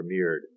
premiered